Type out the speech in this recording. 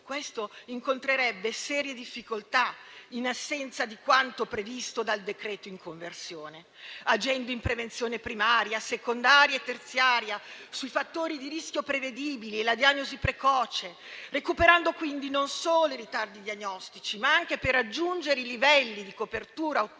ciò incontrerebbe serie difficoltà in assenza di quanto previsto dal decreto-legge in conversione. Agendo in prevenzione primaria, secondaria e terziaria sui fattori di rischio prevedibili e la diagnosi precoce, si recupererebbero quindi non solo i ritardi diagnostici, ma si raggiungerebbero anche i livelli di copertura ottimali